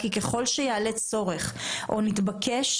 כי ככל שיעלה צורך או נתבקש,